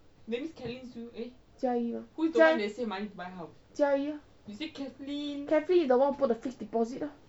jia yi lor jia~ jia yi lor kathlyn is the one who put the fixed deposit lah